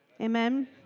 Amen